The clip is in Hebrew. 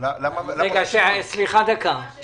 פי חוק